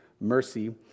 mercy